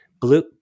blue